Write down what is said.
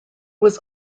was